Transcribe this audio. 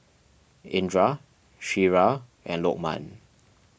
Indra Syirah and Lokman